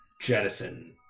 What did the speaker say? jettison